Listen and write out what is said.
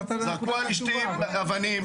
זרקו על אשתי אבנים,